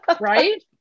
right